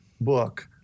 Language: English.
book